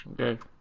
okay